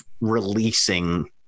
releasing